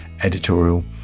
editorial